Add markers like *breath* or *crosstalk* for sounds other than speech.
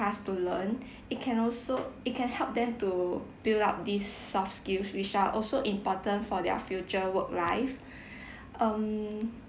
class to learn it can also it can help them to build up this soft skills which are also important for their future work life *breath* um